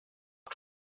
was